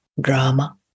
drama